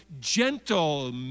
gentle